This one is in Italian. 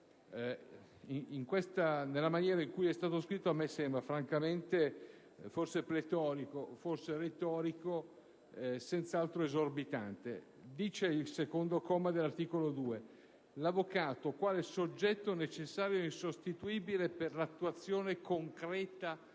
Nella maniera in cui è stato scritto a me sembra francamente forse pletorico, forse retorico, senz'altro esorbitante. Dice il comma 2 dell'articolo 2: «L'avvocato, quale soggetto necessario e insostituibile per l'attuazione concreta